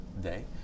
day